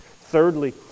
Thirdly